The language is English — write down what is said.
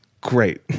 Great